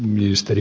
ministeri